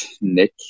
Nick